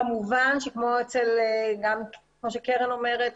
כמובן כמו שקרן אומרת,